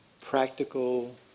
practical